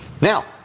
Now